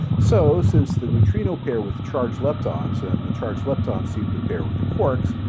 so, since the neutrinos pair with charged leptons and the charged leptons seem to pair with the quarks,